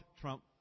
Trump